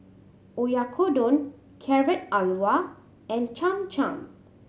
Oyakodon Carrot Halwa and Cham Cham